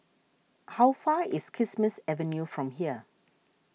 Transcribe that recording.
how far is Kismis Avenue from here